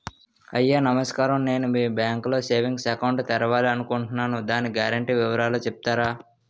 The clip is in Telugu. అయ్యా నమస్కారం నేను మీ బ్యాంక్ లో సేవింగ్స్ అకౌంట్ తెరవాలి అనుకుంటున్నాను దాని గ్యారంటీ వివరాలు చెప్తారా?